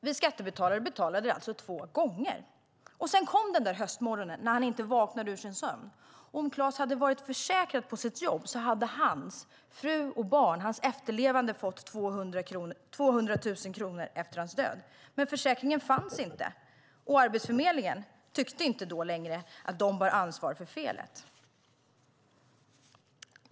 Vi skattebetalare betalade alltså två gånger. Sedan kom höstmorgonen när Klas inte vaknade ur sin sömn. Om Klas hade varit försäkrad på sitt jobb hade hans fru och barn, hans efterlevande, fått 200 000 kronor efter hans död. Men försäkringen fanns inte, och Arbetsförmedlingen tyckte inte längre att de bar ansvar för felet.